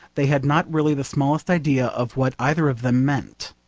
they had not really the smallest idea of what either of them meant.